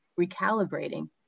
recalibrating